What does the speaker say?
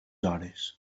hores